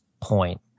point